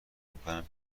میکنم